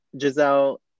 Giselle